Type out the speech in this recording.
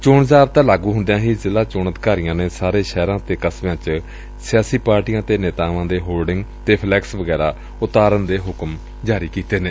ਚੋਣ ਜਾਬਤਾ ਲਾਗੁ ਹੁੰਦਿਆਂ ਹੀ ਜ਼ਿਲੁਾ ਚੋਣ ਅਧਿਕਾਰੀਆਂ ਨੇ ਸਾਰੇ ਸ਼ਹਿਰਾਂ ਤੇ ਕਸਬਿਆਂ ਚ ਸਿਆਸੀ ਪਾਰਟੀਆਂ ਅਤੇ ਨੇਤਾਵਾਂ ਦੇ ਹੋਰਡਿੰਗ ਤੇ ਫਲੈਕਸ ਵਗੈਰਾ ਉਤਾਰਨ ਦੇ ਹੁਕਮ ਦਿੱਤੇ ਨੇ